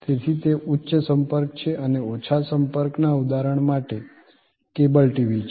તેથી તે ઉચ્ચ સંપર્ક છે અને ઓછા સંપર્ક ના ઉદાહરણ માટે કેબલ ટીવી છે